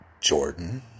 Jordan